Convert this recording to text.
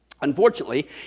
Unfortunately